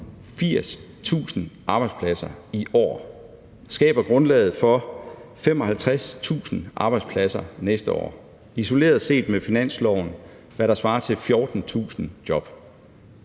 80.000 arbejdspladser i år, skaber grundlaget for 55.000 arbejdspladser næste år og skaber isoleret set med finansloven, hvad der svarer til 14.000 job.